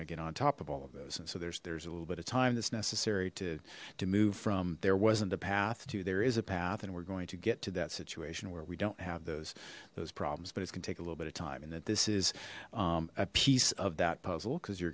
gonna get on top of all of those and so there's there's a little bit of time that's necessary to to move from there wasn't a path to there is a path and we're going to get to that situation where we don't have those those problems but it can take a little bit of time and that this is a piece of that puzzle cuz you're